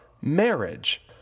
marriage